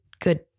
good